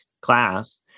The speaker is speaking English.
class